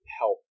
help